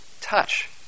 touch